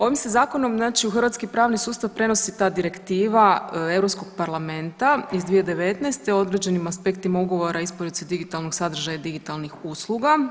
Ovim se zakonom znači u hrvatski pravni sustav prenosi ta Direktiva Europskog parlamenta iz 2019. o određenim aspektima Ugovora o isporuci digitalnog sadržaja i digitalnih usluga.